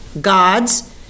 gods